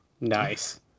Nice